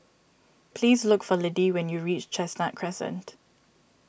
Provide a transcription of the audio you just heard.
please look for Liddie when you reach Chestnut Crescent